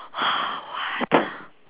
!huh! what